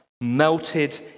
melted